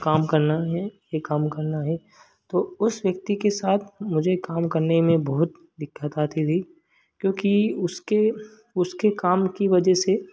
काम करना है यह काम करना है तो उस व्यक्ति के साथ मुझे काम करने में बहुत दिक्कत आती थी क्योंकि उसके उसके काम की वजह से